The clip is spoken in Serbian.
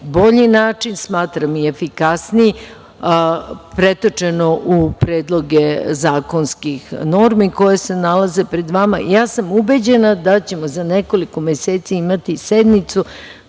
bolji način, smatram i efikasniji pretočeno u predloge zakonskih normi koje se nalaze pred vama. Ubeđena sam da ćemo za nekoliko meseci imati i sednicu